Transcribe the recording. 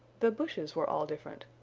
the bushes were all different.